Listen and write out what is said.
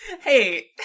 Hey